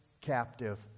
captive